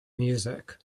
music